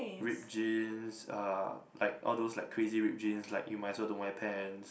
ripped jeans uh like all those like crazy ripped jeans like you might as well don't wear pants